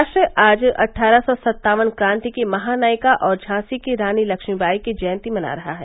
राष्ट्र आज अट्ठारह सौ सत्तावन क्रांति की महानायिका और झांसी की रानी लक्ष्मीबाई की जयंती मना रहा है